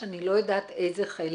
שאני לא יודעת איזה חלק,